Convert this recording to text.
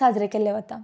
साजरे केल्ले वता